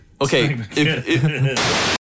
Okay